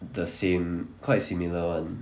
the same quite similar [one]